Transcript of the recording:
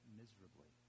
miserably